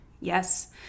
Yes